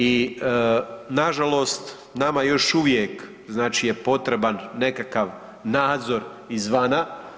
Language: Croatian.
I na žalost nama još uvijek znači je potreban nekakav nadzor izvana.